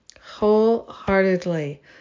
Wholeheartedly